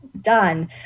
done